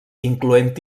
incloent